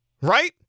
right